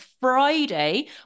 Friday